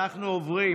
אנחנו עוברים